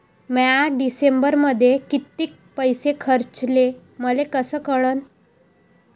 म्या डिसेंबरमध्ये कितीक पैसे खर्चले मले कस कळन?